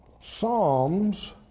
Psalms